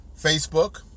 Facebook